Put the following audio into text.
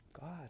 God